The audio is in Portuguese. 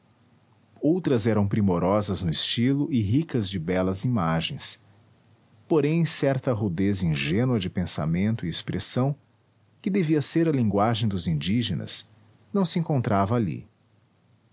outras eram primorosas no estilo e ricas de belas imagens porém certa rudez ingênua de pensamento e expressão que devia ser a linguagem dos indígenas não se encontrava ali